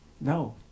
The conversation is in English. No